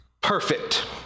perfect